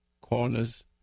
corners